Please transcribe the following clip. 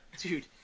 Dude